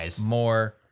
more